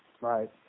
Right